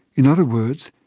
in other words,